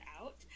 out